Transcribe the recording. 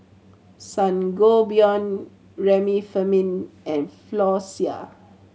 Sangobion Remifemin and Floxia